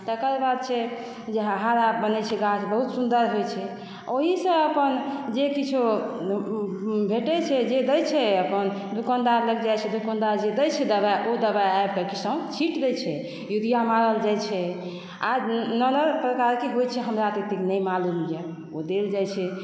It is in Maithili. तकर गाछ छै जे हरा बनै छै गाछ बहुत सुन्दर होइ छै ओहिसँ अपन जे किछो भेटै छै जे दै छै अपन दुकानदार लग जाइ छै दुकानदार जे दै छै दबाइ ओ दबाइ आबि कऽ किसान छिट दै छै यूरिया मारल जाइ छै आर नव नव प्रकारके होइ छै हमरा तऽ ओतेक नहि मालुम यऽ ओ देल जाइ छै